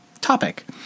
topic